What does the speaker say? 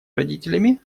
родителями